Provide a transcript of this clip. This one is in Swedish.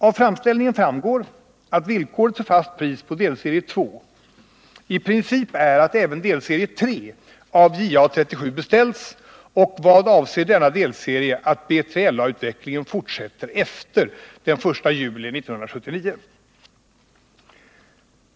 Av framställningen framgår att villkoret för fast pris på delserie 2 i princip är att även delserie 3 av JA 37 beställs och vad avser denna delserie att BILA utvecklingen fortsätter efter den 1 juli 1979.